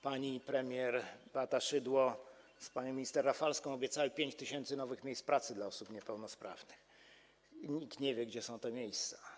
Pani premier Beata Szydło z panią minister Rafalską obiecały 5 tys. nowych miejsc pracy dla osób niepełnosprawnych i nikt nie wie, gdzie są te miejsca.